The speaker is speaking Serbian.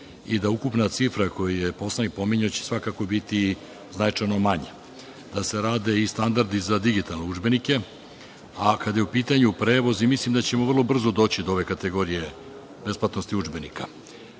i da ukupna cifra koju je poslanik pominjao, svakako će biti manja, da se rade i standardi za digitalne udžbenike. Kada je u pitanju prevoz, mislim da ćemo vrlo brzo doći do ove kategorije besplatnosti udžbenika.